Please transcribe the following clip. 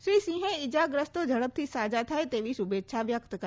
શ્રી સિંહે ઈજાગ્રસ્તો ઝડપથી સાજા થાય તેવી શુભેચ્છા વ્યક્ય કરી